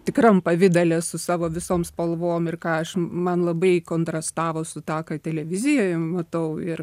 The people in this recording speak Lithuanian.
tikram pavidale su savo visom spalvom ir ką aš man labai kontrastavo su tą ką televizijoj matau ir